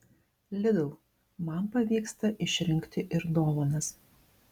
lidl man pavyksta išrinkti ir dovanas